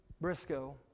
Briscoe